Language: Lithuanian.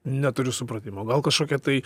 neturiu supratimo gal kažkokia tai